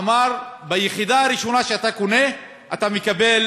הוא אמר: ביחידה הראשונה שאתה קונה אתה מקבל